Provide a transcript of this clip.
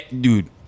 dude